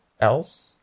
else